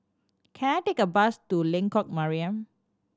can I take a bus to Lengkok Mariam